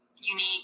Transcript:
unique